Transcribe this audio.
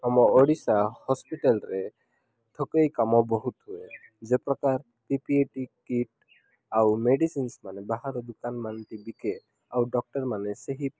ଆମ ଓଡ଼ିଶା ହସ୍ପିଟାଲରେ ସଫେଇ କାମ ବହୁତ ହୁଏ ଯେ ପ୍ରକାର ପିପିଇଟି କିଟ୍ ଆଉ ମେଡ଼ିସିନ୍ସ ମାନେ ବାହାର ଦୋକାନ ମାନଟି ବିକେ ଆଉ ଡକ୍ଟରମାନେ ସେହି